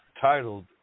titled